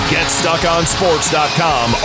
GetStuckOnSports.com